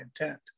intent